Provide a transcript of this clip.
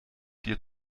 dir